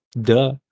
duh